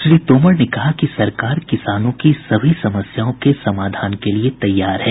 श्री तोमर ने कहा कि सरकार किसानों की सभी समस्याओं के समाधान के लिए तैयार है